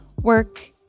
Work